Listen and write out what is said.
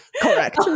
Correct